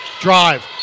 drive